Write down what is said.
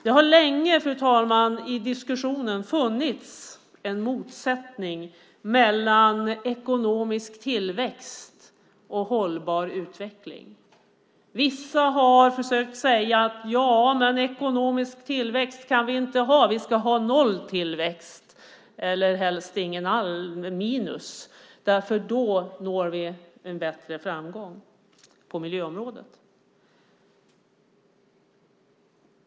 Det har i diskussionen länge funnits en motsättning mellan ekonomisk tillväxt och hållbar utveckling. Vissa har försökt säga att vi inte kan ha ekonomisk tillväxt, att vi ska ha noll tillväxt eller helst minus, för då når vi större framgång på miljöområdet.